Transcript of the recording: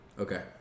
Okay